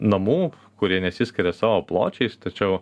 namų kurie nesiskiria savo pločiais tačiau